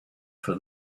for